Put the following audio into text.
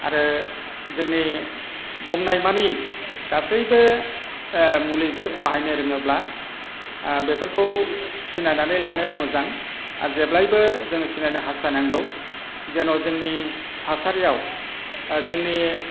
आरो जोंनि दंनायमानि गासैबो मुलिजों बाहायनो रोङोब्ला बेफोरखौ सिनायनानै लानाया मोजां आर जेब्लायबो सिनायनो हासथायनांगौ जेन' जोंनि थासारियाव जोंनि